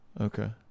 Okay